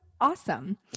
awesome